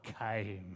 came